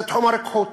זה תחום הרוקחות.